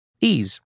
Ease